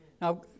now